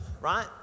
Right